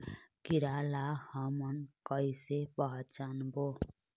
कीरा ला हमन कइसे पहचानबो?